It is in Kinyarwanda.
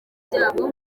byabo